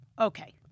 Okay